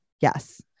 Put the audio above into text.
yes